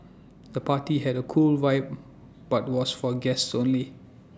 the party had A cool vibe but was for guests only